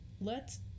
Let's-